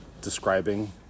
describing